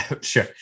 sure